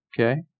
Okay